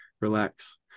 relax